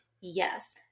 Yes